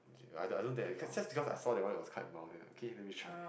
okay I don't dare cause just because I saw that one it was quite mild then I okay let me try